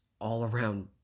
all-around